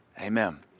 Amen